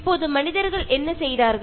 ഇപ്പോൾ മനുഷ്യർ എന്താണ് ചെയ്തത്